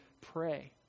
pray